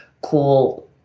cool